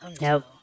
Nope